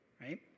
right